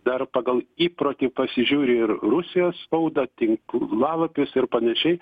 dar pagal įprotį pasižiūri ir rusijos spaudą tinklalapius ir panašiai